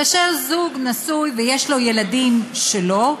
כאשר זוג נשוי ויש לו ילדים שלו,